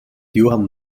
johan